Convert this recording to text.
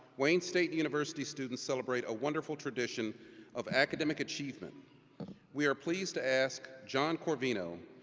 wayne state university's students celebrate a wonderful tradition of academic achievement we are pleased to ask john corvino,